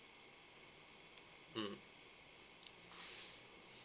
mm